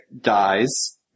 dies